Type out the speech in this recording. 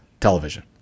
television